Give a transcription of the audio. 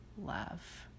love